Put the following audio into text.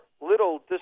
little